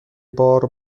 بار